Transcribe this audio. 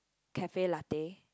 cafe latte